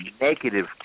negative